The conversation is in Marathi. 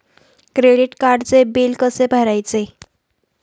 क्रेडिट कार्डचे बिल कसे भरायचे?